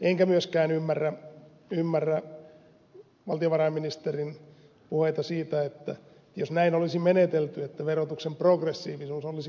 en myöskään ymmärrä valtiovarainministerin puheita siitä että jos näin olisi menetelty verotuksen progressiivisuus olisi kiristynyt